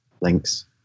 Links